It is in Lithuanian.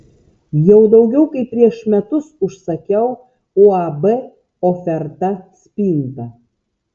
jau daugiau kaip prieš metus užsakiau uab oferta spintą